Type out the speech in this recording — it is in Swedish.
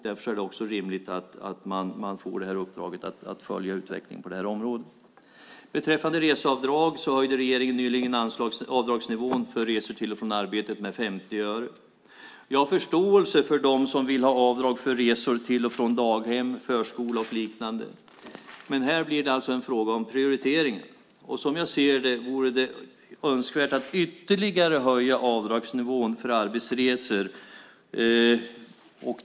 Därför är det också rimligt att man får uppdraget att följa utvecklingen på det här området. Beträffande reseavdrag höjde regeringen nyligen avdragsnivån för resor till och från arbetet med 50 öre. Jag har förståelse för dem som vill ha avdrag för resor till och från daghem, förskola och liknande. Men här blir det en fråga om prioriteringar. Som jag ser det vore det önskvärt att ytterligare höja avdragsnivån för arbetsresor.